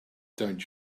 don’t